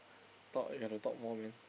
talk eh you got to talk more man